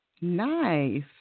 Nice